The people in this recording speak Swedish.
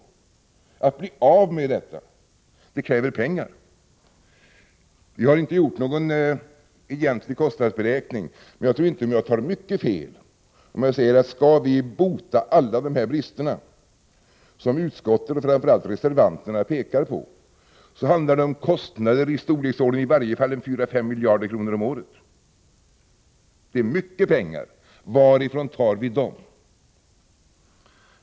Att bli av med detta kräver pengar. Vi har inte gjort någon egentlig kostnadsberäkning, men jag tror inte att jag tar mycket fel om jag säger: Skall vi bota alla de brister som utskottet och framför allt reservanterna pekar på, handlar det om kostnader i storleksordningen 4-5 miljarder kronor om året. Det är mycket pengar. Varifrån tar vi dem?